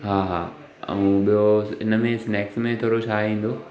हा हा ऐं ॿियो इन में स्नेक्स में थोरो छा ईंदो